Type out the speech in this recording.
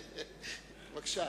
אדטו, בבקשה.